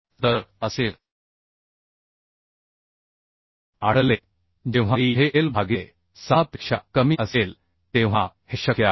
तर असे आढळले जेव्हा e हे l भागिले 6 पेक्षा कमी असेल तेव्हा हे शक्य आहे